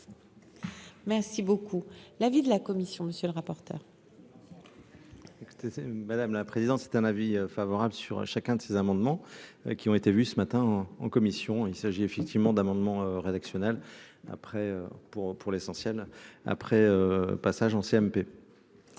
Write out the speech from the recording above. Merci beaucoup. L'avis de la commission. Monsieur le rapporteur. Bonsoir. Écoutez c'est madame la présidente, c'est un avis favorable sur chacun de ces amendements qui ont été vus ce matin en commission, il s'agit effectivement d'amendements rédactionnels après pour, pour l'essentiel après passage en CMP.